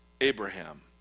Abraham